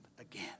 again